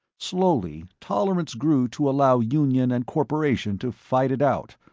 slowly tolerance grew to allow union and corporation to fight it out,